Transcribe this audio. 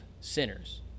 Sinners